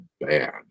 bad